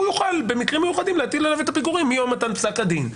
אז הוא יוכל במקרים מיוחדים להטיל עליו את הפיגורים מיום מתן פסק הדין.